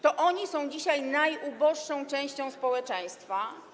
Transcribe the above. To oni są dzisiaj najuboższą częścią społeczeństwa.